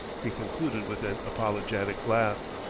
he concluded with an apologetic laugh.